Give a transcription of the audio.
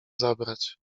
zabrać